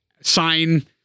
sign